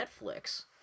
Netflix